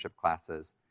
classes